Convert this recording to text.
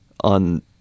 on